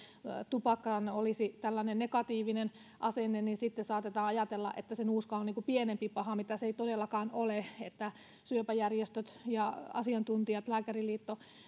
tupakkaan olisi tällainen negatiivinen asenne niin sitten saatetaan ajatella että nuuska on pienempi paha mitä se ei todellakaan ole syöpäjärjestöt ja asiantuntijat kuten lääkäriliitto